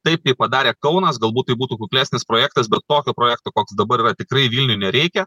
taip kaip padarė kaunas galbūt tai būtų kuklesnis projektas bet tokio projekto koks dabar yra tikrai vilniui nereikia